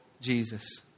Jesus